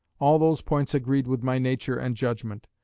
all those points agreed with my nature and judgment.